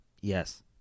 Yes